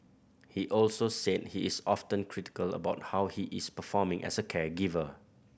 he also said he is often critical about how he is performing as a caregiver